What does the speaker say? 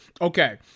Okay